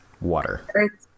Water